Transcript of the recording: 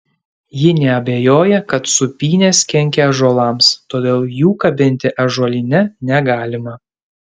ji neabejoja kad sūpynės kenkia ąžuolams todėl jų kabinti ąžuolyne negalima